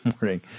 morning